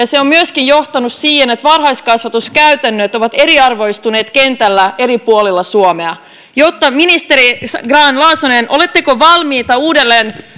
se on myöskin johtanut siihen että varhaiskasvatuskäytännöt ovat eriarvoistuneet kentällä eri puolilla suomea ministeri grahn laasonen oletteko valmiita uudelleen